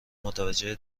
متوجه